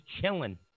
chilling